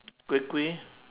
kueh kueh